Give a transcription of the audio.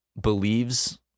believes